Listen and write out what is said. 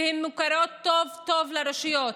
והן מוכרות טוב טוב לרשויות.